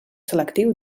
selectiu